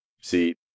See